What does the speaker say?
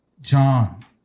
John